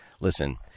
listen